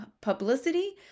publicity